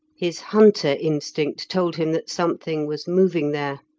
his hunter instinct told him that something was moving there.